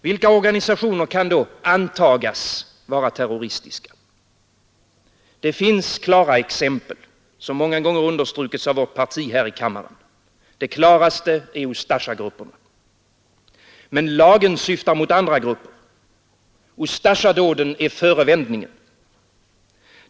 Vilka organisationer kan antagas vara terroristiska? Det finns klara exempel, som många gånger understrukits av vårt parti här i kammaren. Det klaraste är Ustasja-grupperna. Men lagen syftar mot andra grupper, Ustasja-dåden är förevändningen.